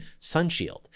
sunshield